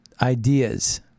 ideas